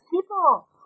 people